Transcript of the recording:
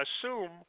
assume